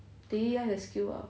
daily life 的 skill ah